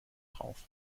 drauf